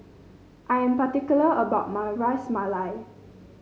I am particular about my Ras Malai